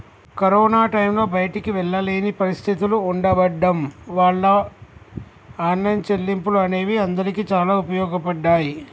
corona టైంలో బయటికి వెళ్ళలేని పరిస్థితులు ఉండబడ్డం వాళ్ళ ఆన్లైన్ చెల్లింపులు అనేవి అందరికీ చాలా ఉపయోగపడ్డాయి